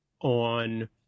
on